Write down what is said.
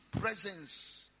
presence